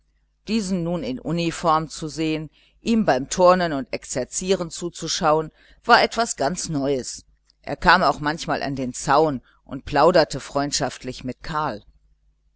diesen nun in uniform zu sehen ihm beim turnen und exerzieren zuzuschauen war von großem interesse er kam auch manchmal an den zaun und plauderte freundschaftlich mit karl